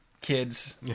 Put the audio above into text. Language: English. Kids